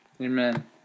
Amen